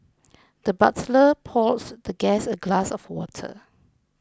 the butler poured the guest a glass of water